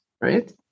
right